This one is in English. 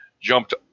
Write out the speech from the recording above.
jumped